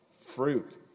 fruit